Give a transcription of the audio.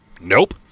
Nope